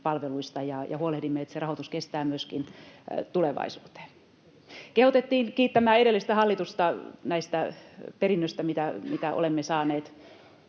ja huolehdimme, että se rahoitus kestää myöskin tulevaisuuteen. Kehotettiin kiittämään edellistä hallitusta tästä perinnöstä, minkä olemme saaneet.